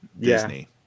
Disney